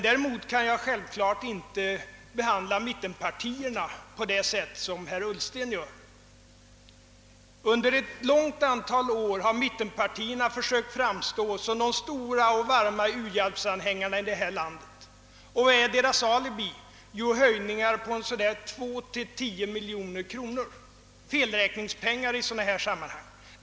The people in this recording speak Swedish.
Däremot kan jag självklart inte behandla mittenpartierna på det sätt som herr Ullsten gör. Under ett stort antal år har mittenpartierna försökt framstå som de stora och varma u-hjälpsanhängarna i detta land. Vad är deras alibi? Det är höjning på mellan 2 och 10 miljoner kronor, felräkningspengar i sådana här sammanhang.